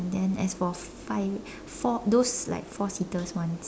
then as for five for those like four seater one